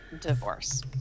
divorce